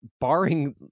barring